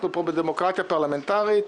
אנחנו פה בדמוקרטיה פרלמנטרית